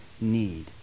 need